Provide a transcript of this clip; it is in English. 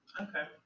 Okay